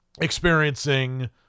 experiencing